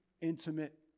intimate